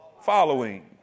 following